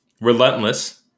relentless